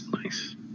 Nice